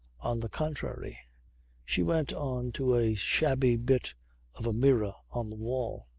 on the contrary she went on to a shabby bit of a mirror on the wall.